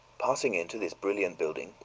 passing into this brilliant building,